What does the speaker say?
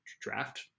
draft